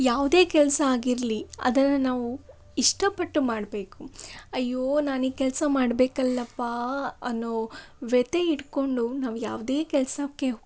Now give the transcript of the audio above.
ಯಾವುದೇ ಕೆಲಸ ಆಗಿರಲಿ ಅದನ್ನು ನಾವು ಇಷ್ಟಪಟ್ಟು ಮಾಡಬೇಕು ಅಯ್ಯೋ ನಾನು ಈ ಕೆಲಸ ಮಾಡಬೇಕಲ್ಲಪ್ಪಾ ಅನ್ನೋ ವ್ಯಥೆ ಇಡ್ಕೊಂಡು ನಾವು ಯಾವುದೇ ಕೆಲಸಕ್ಕೆ